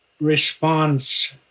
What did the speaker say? response